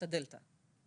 את הדלתא.